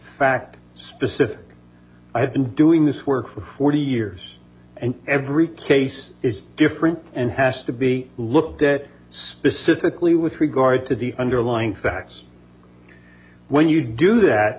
fact specific i have been doing this work for forty years and every case is different and has to be looked at specifically with regard to the underlying facts when you do that